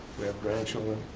we have grandchildren,